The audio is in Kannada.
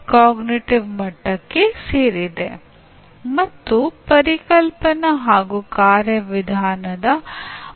Discovery learning hands on learning ಅನುಭವಿ ಸಹಕಾರಿ ಪ್ರಾಜೆಕ್ಟ್ ಆಧಾರಿತ ಕಾರ್ಯ ಆಧಾರಿತ ಕಲಿಕೆ ಮುಂತಾದ ತಂತ್ರಗಳು ಈ ರಚನಾತ್ಮಕ ಸಿದ್ಧಾಂತವನ್ನು ಆಧರಿಸಿವೆ